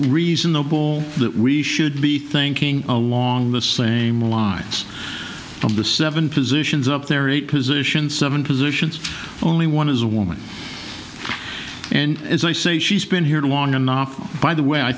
reasonable that we should be thinking along the same lines of the seven positions up there eight positions seven positions only one is a woman and as i say she's been here long enough by the way i